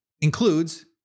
includes